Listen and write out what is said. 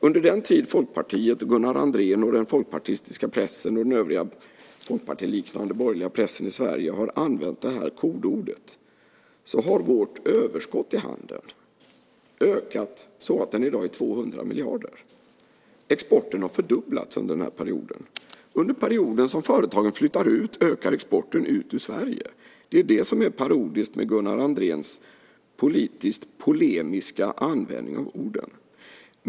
Under den tid Folkpartiet och Gunnar Andrén, den folkpartistiska pressen och den övriga folkpartiliknande borgerliga pressen i Sverige har använt detta kodord har vårt överskott i handeln ökat så att det i dag är 200 miljarder. Exporten har fördubblats under den här perioden. Under perioden som företagen flyttar ut ökar exporten ut ur Sverige. Det är vad som är parodiskt med Gunnar Andréns politiskt polemiska användning av orden.